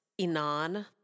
Inan